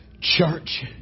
church